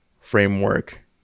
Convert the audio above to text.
framework